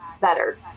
better